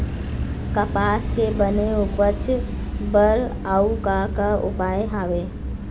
कपास के बने उपज बर अउ का का उपाय हवे?